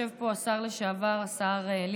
יושב פה השר לשעבר ליצמן,